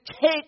take